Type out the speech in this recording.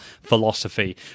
philosophy